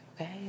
Okay